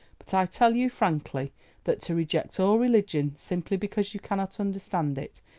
but i tell you frankly that to reject all religion simply because you cannot understand it,